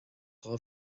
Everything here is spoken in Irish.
dhá